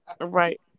right